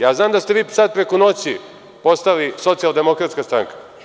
Ja znam da ste vi sada preko noći postali Socijaldemokratska stranka…